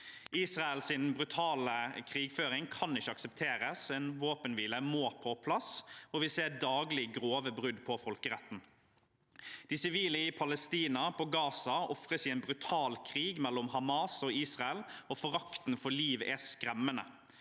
Israels brutale krigføring kan ikke aksepteres. En våpenhvile må på plass, og vi ser daglig grove brudd på folkeretten. De sivile i Palestina, i Gaza, ofres i en brutal krig mellom Hamas og Israel, og forakten for liv er skremmende.